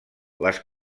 les